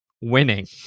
winning